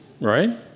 Right